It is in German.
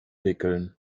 wickeln